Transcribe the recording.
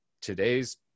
today's